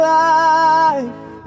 life